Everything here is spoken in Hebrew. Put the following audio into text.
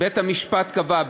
בית-המשפט קבע.